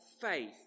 faith